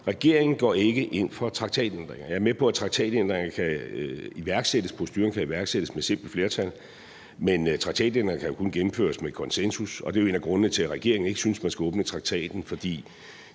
Regeringen går ikke ind for traktatændringer. Jeg er med på, at proceduren kan iværksættes med simpelt flertal, men traktatændringer kan jo kun gennemføres med konsensus. Det er en af grundene til, at regeringen ikke synes, man skal åbne traktaten, for